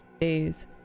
days